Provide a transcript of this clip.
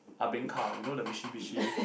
ah-beng car you know the Mitsubishi